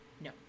No